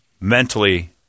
Mentally